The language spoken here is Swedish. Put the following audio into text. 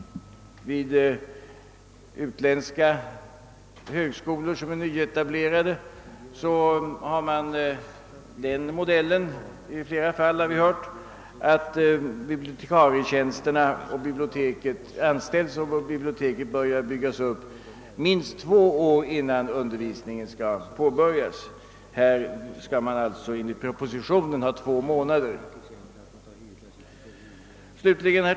Vid utländska högskolor som nyetableras har man i flera fall följt den modellen — har vi hört — att bibliotekarierna anställs och biblioteket börjar byggas upp minst två år innan undervisningen skall påbörjas. Här skulle man alltså enligt propositionen bara ha två månader på sig.